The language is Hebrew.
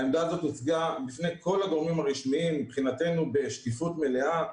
העמדה הזאת הוצגה בפני כל הגורמים הרשמיים מבחינתנו בשקיפות מלאה,